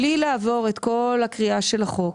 בלי לעבור את כל הקריאה של החוק,